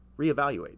reevaluate